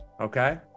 okay